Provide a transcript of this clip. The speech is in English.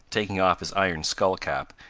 taking off his iron skull-cap,